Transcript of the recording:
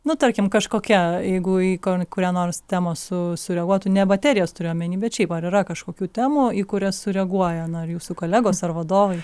na tarkim kažkokia jeigu į kurią nors temą su sureaguotų ne baterijos turiu omeny bet šiaip ar yra kažkokių temų į kurias sureaguoja na ar jūsų kolegos ar vadovai